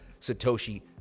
Satoshi